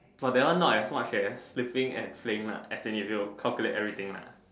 !wah! that one not as much as sleeping and playing lah as in if you calculate everything